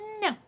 No